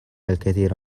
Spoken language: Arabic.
الكثير